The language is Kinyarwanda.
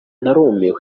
narumiwe